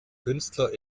künstler